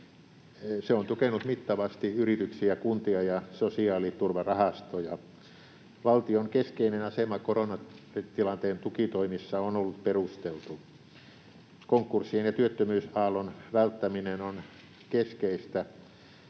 Se on tukenut mittavasti yrityksiä, kuntia ja sosiaaliturvarahastoja. Valtion keskeinen asema koronatilanteen tukitoimissa on ollut perusteltu. Konkurssien ja työttömyysaallon välttäminen on keskeistä